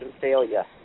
failure